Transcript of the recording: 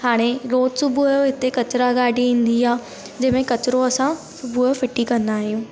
हाणे रोज़ु सुबुह जो हिते कचिरा गाॾी ईंदी आहे जंहिंमें कचिरो असां रोज़ु सुबुह जो फिटी कंदा आहियूं